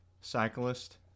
cyclist